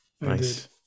Nice